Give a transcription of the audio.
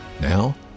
Now